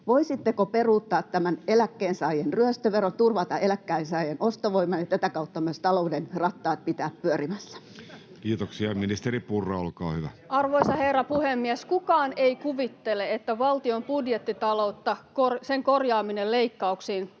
voisitteko peruuttaa tämän eläkkeensaajien ryöstöveron, turvata eläkkeensaajien ostovoiman ja tätä kautta pitää myös talouden rattaat pyörimässä. Kiitoksia. — Ministeri Purra, olkaa hyvä. Arvoisa herra puhemies! Kukaan ei kuvittele, että valtion budjettitalouden korjaaminen leikkauksin